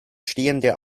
stehende